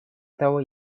того